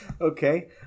Okay